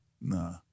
nah